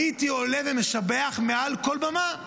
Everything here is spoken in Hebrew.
הייתי עולה ומשבח מעל כל במה.